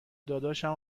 داداشم